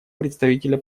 представителя